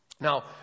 Now